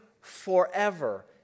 forever